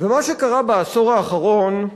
ומה שקרה בעשור האחרון,